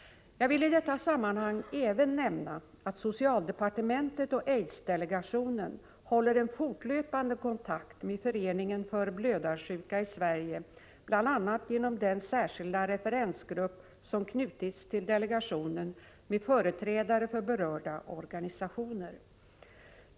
Jag vill i detta sammanhang även nämna att socialdepartementet och AIDS-delegationen håller en fortlöpande kontakt med Föreningen för blödarsjuka i Sverige, bl.a. genom den särskilda referensgrupp som knutits till delegationen med företrädare för berörda organisationer.